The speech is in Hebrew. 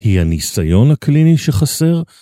היא הניסיון הקליני שחסר?